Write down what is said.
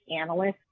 analysts